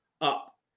up